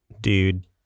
dude